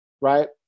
Right